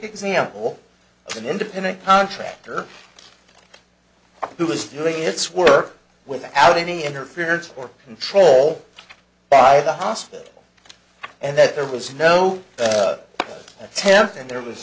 example of an independent contractor who was doing its work without any interference or control by the hospital and that there was no attempt and there was